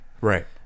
Right